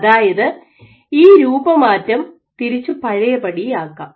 അതായത് ഈ രൂപമാറ്റം തിരിച്ച് പഴയപടിയാക്കാം